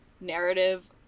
narrative